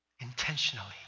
intentionally